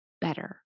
better